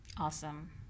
Awesome